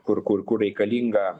kur kur kur reikalinga